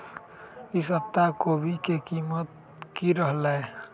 ई सप्ताह कोवी के कीमत की रहलै?